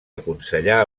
aconsellar